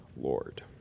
Lord